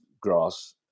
grass